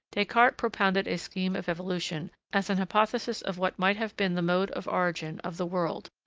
descartes propounded a scheme of evolution, as an hypothesis of what might have been the mode of origin of the world,